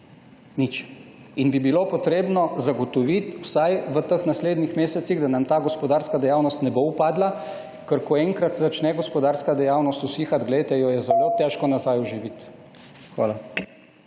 nič. Treba bi bilo zagotoviti vsaj v teh naslednjih mesecih, da nam ta gospodarska dejavnost ne bo upadla, ker ko enkrat začne gospodarska dejavnost usihati, jo je zelo težko nazaj oživiti. Hvala.